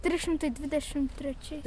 trys šimtai dvidešim trečiais